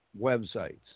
websites